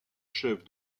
chef